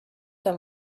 them